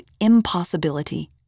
impossibility